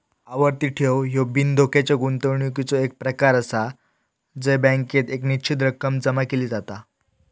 आवर्ती ठेव ह्यो बिनधोक्याच्या गुंतवणुकीचो एक प्रकार आसा जय बँकेत एक निश्चित रक्कम जमा केली जाता